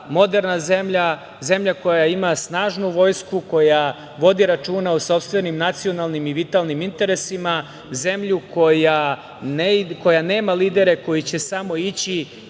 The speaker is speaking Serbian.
moderna zemlja, zemlja koja ima snažnu vojsku, koja vodi računa o sopstvenim nacionalnim i vitalnim interesima. Zemlja koja nema lidere koji će samo ići